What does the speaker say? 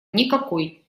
никакой